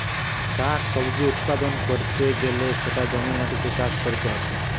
শাক সবজি উৎপাদন ক্যরতে গ্যালে সেটা জমির মাটিতে চাষ করতিছে